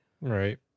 Right